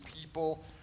people